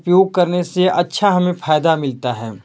उपयोग करने से अच्छा हमें फायदा मिलता है